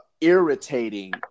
irritating